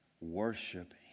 worship